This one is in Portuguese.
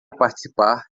participar